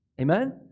Amen